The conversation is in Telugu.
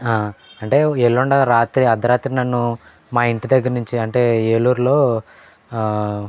అంటే ఎల్లుండి రాత్రే అర్ధ రాత్రి నన్ను మా ఇంటి దగ్గర నుంచి అంటే ఏలూరులో